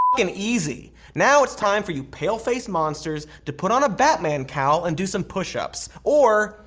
and easy. now it's time for you paleface monsters to put on a batman cowl and do some pushups. or,